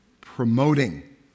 promoting